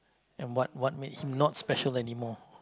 and what what made him not special anymore